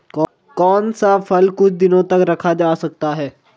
कौन सा फल कुछ दिनों तक रखा जा सकता है?